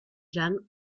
jeanne